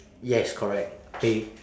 yes correct they